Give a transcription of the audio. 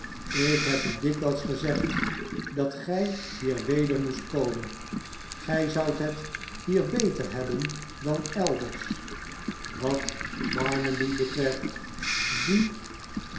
ik heb u dikwijls gezegd dat gij hier weder moest komen gij zoudt het hier beter hebben dan elders wat barnaby betreft die